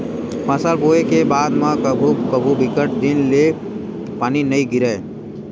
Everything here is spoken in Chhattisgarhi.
फसल बोये के बाद म कभू कभू बिकट दिन ले पानी नइ गिरय